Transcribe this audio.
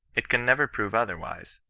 it con never prove otherwise,